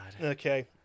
Okay